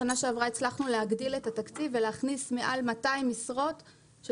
בשנה שעברה הצלחנו להגדיל את התקציב ולהכניס מעל 200 משרות של